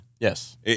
Yes